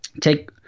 Take